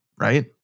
right